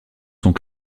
sont